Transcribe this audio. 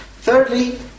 Thirdly